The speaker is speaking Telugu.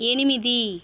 ఎనిమిది